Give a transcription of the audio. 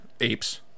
apes